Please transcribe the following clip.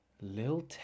Lil